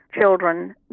children